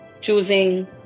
choosing